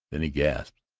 then he gasped.